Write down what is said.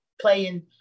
playing